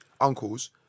uncles